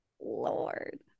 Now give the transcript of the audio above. Lord